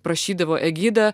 prašydavo egida